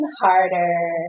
Harder